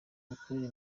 imikorere